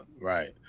Right